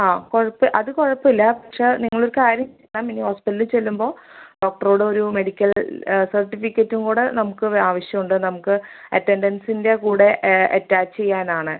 ആ കുഴപ്പം അത് കുഴപ്പമില്ല പക്ഷേ നിങ്ങളൊരു കാര്യം ചെയ്യണം നിങ്ങളോസ്പ്പിറ്റലിൽ ചെല്ലുമ്പോൾ ഡോക്ടറോടൊരു മെഡിക്കൽ സർട്ടിഫിക്കെറ്റും കൂടെ നമുക്ക് വേ ആവശ്യമുണ്ട് നമുക്ക് അറ്റൻടൻസിൻ്റെ കൂടെ അറ്റാച്ച് ചെയ്യാനാണ്